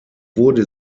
wurde